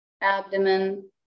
abdomen